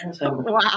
wow